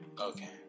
Okay